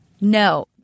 No